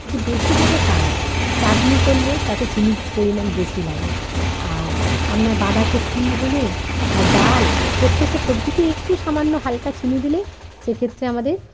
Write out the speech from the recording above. যে বেশি দেবো তা না চাটনি করলে তাতে চিনির পরিমাণ বেশি লাগে আর আমনার বাঁধাকপিই বলুন আর ডাল প্রত্যেকটা সবজিতেই একটু সামান্য হালকা চিনি দিলেই সে ক্ষেত্রে আমাদের